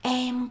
em